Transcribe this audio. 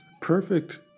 perfect